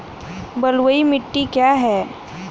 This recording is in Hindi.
बलुई मिट्टी क्या है?